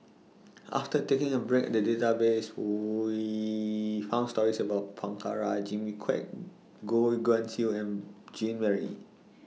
after taking A break The Database We found stories about Prabhakara Jimmy Quek Goh Guan Siew and Jean Marie